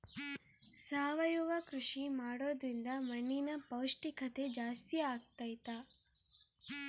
ಸಾವಯವ ಕೃಷಿ ಮಾಡೋದ್ರಿಂದ ಮಣ್ಣಿನ ಪೌಷ್ಠಿಕತೆ ಜಾಸ್ತಿ ಆಗ್ತೈತಾ?